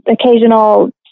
occasional